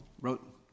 wrote